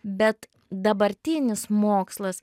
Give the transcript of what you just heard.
bet dabartinis mokslas